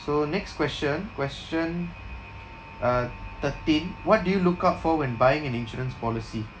so next question question uh thirteen what do you look out for when buying an insurance policy